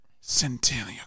Centennial